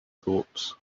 thoughts